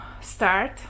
start